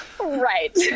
right